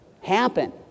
Happen